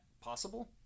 possible